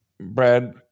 Brad